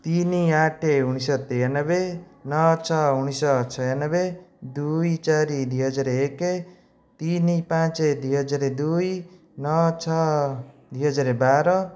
ତିନି ଆଠ ଉଣେଇଶ ଶହ ତେୟାନବେ ନଅ ଛଅ ଉଣେଇଶ ଶହ ଛୟାନବେ ଦୁଇ ଚାରି ଦୁଇ ହଜାର ଏକ ତିନି ପାଞ୍ଚ ଦୁଇ ହଜାର ଦୁଇ ନଅ ଛଅ ଦୁଇ ହଜାର ବାର